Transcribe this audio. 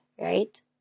right